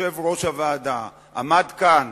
יושב-ראש הוועדה, עמד כאן